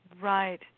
Right